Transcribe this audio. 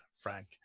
Frank